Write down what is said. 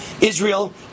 Israel